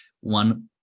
one